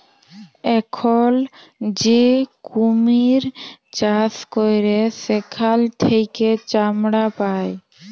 এখল যে কুমির চাষ ক্যরে সেখাল থেক্যে চামড়া পায়